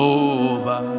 over